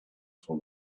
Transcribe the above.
for